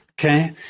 Okay